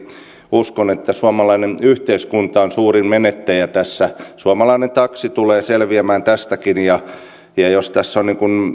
uskon että suomalainen yhteiskunta on suurin menettäjä tässä suomalainen taksi tulee selviämään tästäkin ja ja jos tässä on